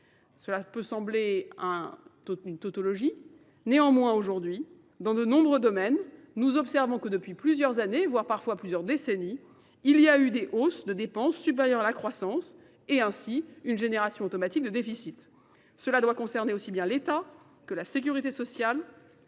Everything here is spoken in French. Cela peut sembler une tautologie. Néanmoins, aujourd'hui, dans de nombreux domaines, nous observons que depuis plusieurs années, voire parfois plusieurs décennies, il y a eu des hausses de dépenses supérieures à la croissance et ainsi une génération automatique de déficit. Cela doit concerner aussi bien l'État que la sécurité sociale